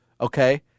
okay